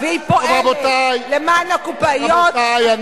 רבותי, רבותי.